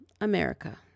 America